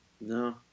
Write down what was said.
No